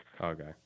Okay